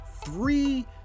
three